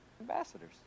Ambassadors